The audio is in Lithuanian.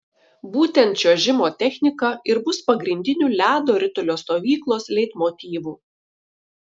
būtent čiuožimo technika ir bus pagrindiniu ledo ritulio stovyklos leitmotyvu